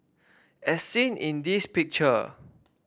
as seen in this picture